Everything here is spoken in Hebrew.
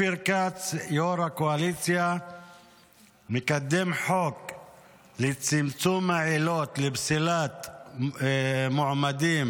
יו"ר הקואליציה אופיר כץ מקדם חוק לצמצום העילות לפסילת מועמדים